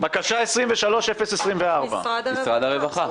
משרד הרווחה.